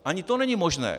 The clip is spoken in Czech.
Ani to není možné.